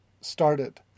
started